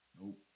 Nope